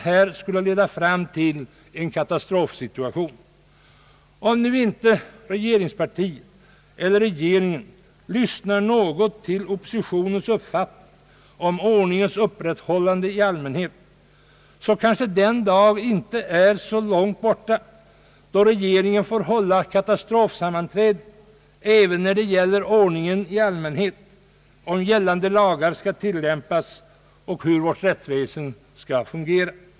Man skulle ha kunnat undvika den katastrofsituation som uppkommit. Om nu inte regeringen lyssnar till oppositionens uppfattning beträffande ordningens upprätthållande i allmänhet kanske den dag inte är så långt borta då regeringen får hålla katastrofsammanträden även om detta, för att gällande lagar skall tillämpas och vårt rättsväsen fungera.